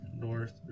north